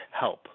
help